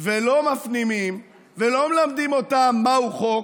ולא מפנימים ולא מלמדים אותם מהו חוק,